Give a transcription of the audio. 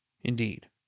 indeed